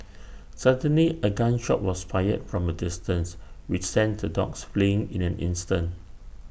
suddenly A gun shot was fired from A distance which sent the dogs fleeing in an instant